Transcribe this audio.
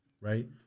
right